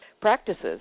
practices